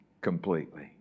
completely